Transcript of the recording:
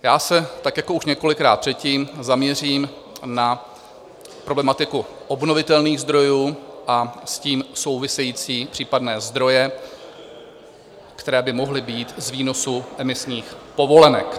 Já se, tak jako už několikrát předtím, zaměřím na problematiku obnovitelných zdrojů a s tím související případné zdroje, které by mohly být z výnosu emisních povolenek.